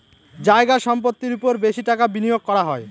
জায়গা সম্পত্তির ওপর বেশি টাকা বিনিয়োগ করা হয়